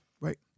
Right